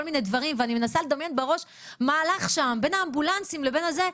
מיני דברים ואני מנסה לדמיין בראש מה הלך שם בין האמבולנסים לבין זה.